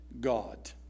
God